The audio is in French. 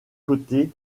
côté